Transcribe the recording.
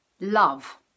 love